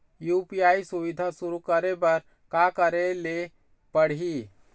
UPI सुविधा शुरू करे बर का करे ले पड़ही?